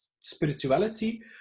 spirituality